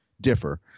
differ